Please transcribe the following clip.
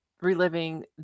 reliving